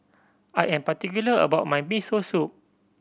I am particular about my Miso Soup